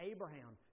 Abraham